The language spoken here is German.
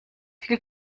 viel